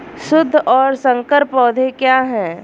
शुद्ध और संकर पौधे क्या हैं?